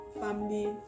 family